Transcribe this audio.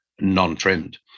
non-trimmed